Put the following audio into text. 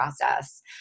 process